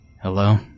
Hello